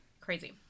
Crazy